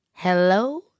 Hello